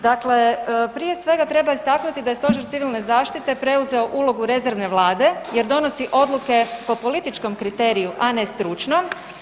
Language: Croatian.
Dakle, prije svega treba istaknuti da je Stožer Civilne zaštite preuzeo ulogu rezervne Vlade jer donosi odluke po političkom kriteriju, a ne stručnom.